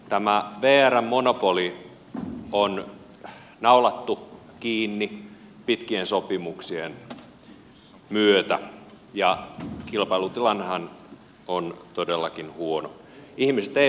tämä vrn monopoli on naulattu kiinni pitkien sopimuksien myötä ja kilpailutilannehan on todellakin huono